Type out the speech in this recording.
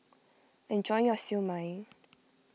enjoy your Siew Mai